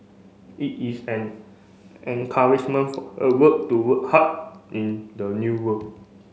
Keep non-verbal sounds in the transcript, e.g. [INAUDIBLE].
it is an encouragement [UNINTELLIGIBLE] work [UNINTELLIGIBLE] hard in the new work